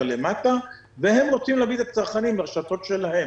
למטה והם רוצים להביא את הצרכנים לרשתות שלהם,